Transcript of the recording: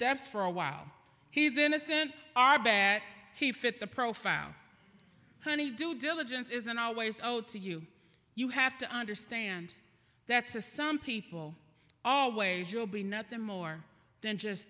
deaths for a while he's innocent arbat he fit the profile honey due diligence isn't always owed to you you have to understand that to some people always will be nothing more than just